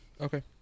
Okay